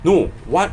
no one